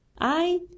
I